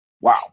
Wow